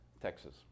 Texas